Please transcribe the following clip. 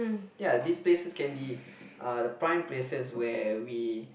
ya these places can be uh the prime places where we